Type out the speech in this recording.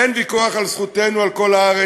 אין ויכוח על זכותנו על כל הארץ,